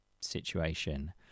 situation